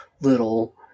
little